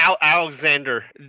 alexander